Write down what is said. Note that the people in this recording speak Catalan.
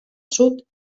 sud